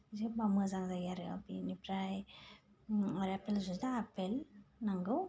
बिदि होबा मोजां जायो आरो बिनिफ्राय आरो आपेल जुसावथ' आपेल